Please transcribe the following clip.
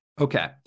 Okay